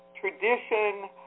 tradition